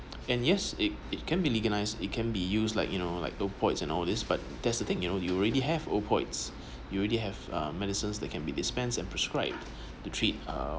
and yes it it can be legalized it can be used like you know like opioids and all this but that's the thing you know you already have opioids you already have um medicines that can be dispensed and prescribed to treat uh